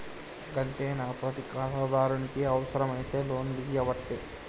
గంతేనా, ప్రతి ఖాతాదారునికి అవుసరమైతే లోన్లియ్యవట్టే